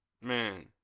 Man